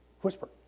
whisper